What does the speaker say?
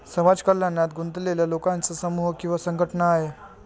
समाज कल्याणात गुंतलेल्या लोकांचा समूह किंवा संघटना आहे